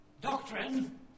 Doctrine